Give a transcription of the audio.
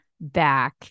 back